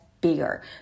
bigger